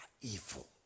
evil